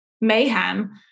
mayhem